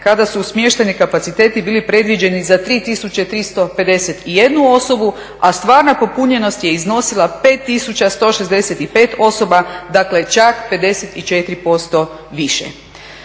kada su smještajni kapaciteti bili predviđeni za 3351 osobu, a stvarna popunjenost je iznosila 5165 osoba, dakle čak 54% više.